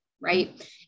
right